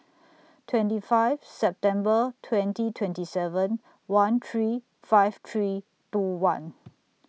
twenty five September twenty twenty seven one three five three two one